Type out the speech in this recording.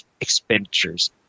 expenditures